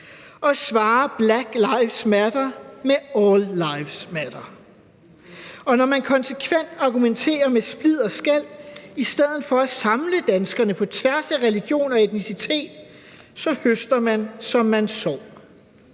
og svarer »Black lives matter« med: »All lives matter«, og når man konsekvent argumenterer med splid og skel i stedet for at samle danskerne på tværs af religion og etnicitet, så høster man, som man sår.